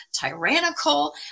tyrannical